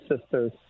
sisters